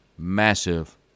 massive